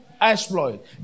exploit